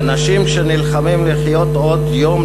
אנשים שנלחמים לחיות עוד יום,